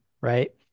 right